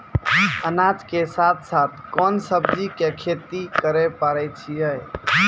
अनाज के साथ साथ कोंन सब्जी के खेती करे पारे छियै?